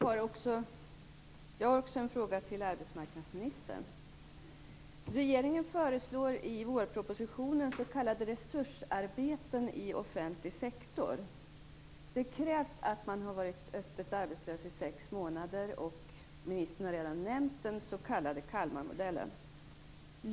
Fru talman! Jag har också en fråga till arbetsmarknadsministern. Regeringen föreslår i vårpropositionen s.k. resursarbeten i offentlig sektor. Det krävs att man har varit öppet arbetslös i sex månader, och ministern har redan nämnt den s.k. Kalmarmodellen.